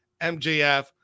MJF